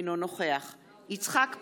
אינו נוכח יצחק פינדרוס,